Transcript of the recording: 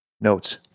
notes